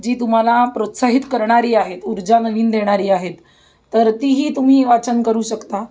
जी तुम्हाला प्रोत्साहित करणारी आहेत ऊर्जा नवीन देणारी आहेत तर तीही तुम्ही वाचन करू शकता